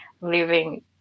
living